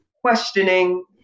questioning